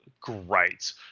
great